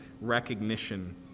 recognition